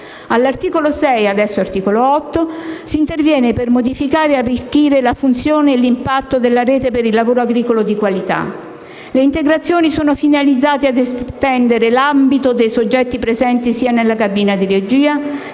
All'articolo 6, adesso articolo 8, si interviene per modificare e arricchire la funzione e l'impatto della Rete del lavoro agricolo di qualità. Le integrazioni sono finalizzate a estendere l'ambito dei soggetti presenti sia nella cabina di regia